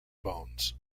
bones